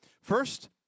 first